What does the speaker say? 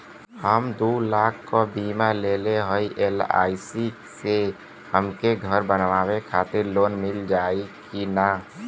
हम दूलाख क बीमा लेले हई एल.आई.सी से हमके घर बनवावे खातिर लोन मिल जाई कि ना?